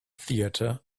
theater